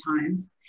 times